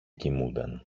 κοιμούνταν